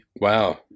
Wow